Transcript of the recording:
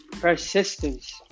Persistence